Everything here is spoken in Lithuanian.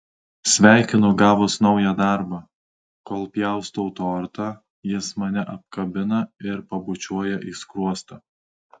sveikinu gavus naują darbą kol pjaustau tortą jis mane apkabina ir pabučiuoja į skruostą